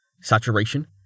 Saturation